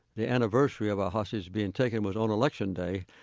the anniversary of a hostage being taken was on election day,